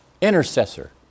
Intercessor